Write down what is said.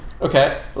okay